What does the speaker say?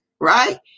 Right